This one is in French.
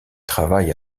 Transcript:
travaille